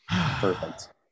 Perfect